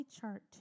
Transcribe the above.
chart